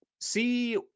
See